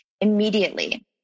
immediately